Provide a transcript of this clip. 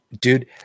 Dude